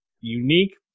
unique